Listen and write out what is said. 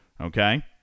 Okay